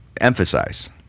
emphasize